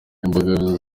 imbogamizi